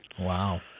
Wow